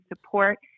support